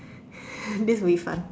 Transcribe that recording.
this would be fun